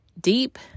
deep